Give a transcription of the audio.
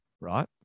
right